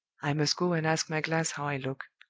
i must go and ask my glass how i look.